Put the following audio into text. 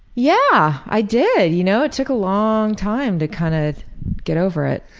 yeah, i did. you know, it took a long time to kind of get over it.